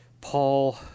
paul